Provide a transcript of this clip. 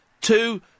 two